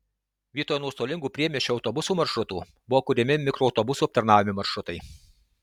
vietoj nuostolingų priemiesčio autobusų maršrutų buvo kuriami mikroautobusų aptarnaujami maršrutai